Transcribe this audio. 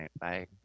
bye